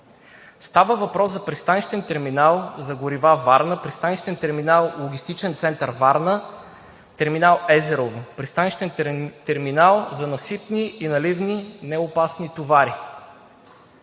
Става въпрос за Пристанищен терминал за горива – Варна, Пристанищен терминал логистичен център – Варна, терминал „Езерово“, Пристанищен терминал за насипни и наливни неопасни товари.